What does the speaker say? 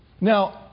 Now